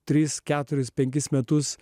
tris keturis penkis metus